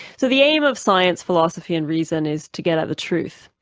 so the aim of science, philosophy and reason is to get at the truth.